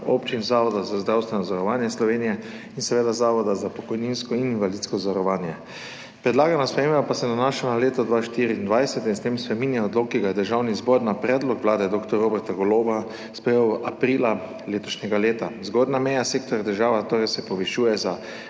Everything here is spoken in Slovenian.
občin, Zavoda za zdravstveno zavarovanje Slovenije in seveda Zavoda za pokojninsko in invalidsko zavarovanje. Predlagana sprememba pa se nanaša na leto 2024 in s tem spreminja odlok, ki ga je Državni zbor na predlog vlade dr. Roberta Goloba sprejel aprila letošnjega leta. Zgornja meja sektorja država se torej povišuje za